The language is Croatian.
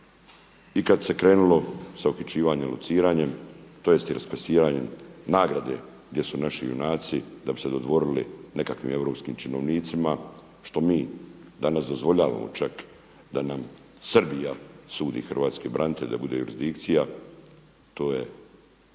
I kad se krenulo sa uhićivanjem i lociranjem tj. …Govornik se ne razumije./… nagrade gdje su naši junaci da bi se dodvorili nekakvim europskim činovnicima što mi danas dozvoljavamo čak da nam Srbija sudi hrvatskim braniteljima da bude jurisdikcija, to